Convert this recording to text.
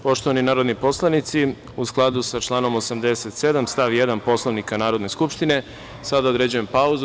Poštovani narodni poslanici, u skladu sa članom 87. stav 1. Poslovnika Narodne skupštine, sada određujem pauzu.